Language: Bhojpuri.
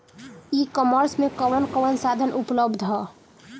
ई कॉमर्स में कवन कवन साधन उपलब्ध ह?